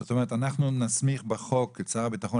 זאת אומרת אנחנו נסמיך בחוק את שר הביטחון